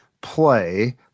play